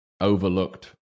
overlooked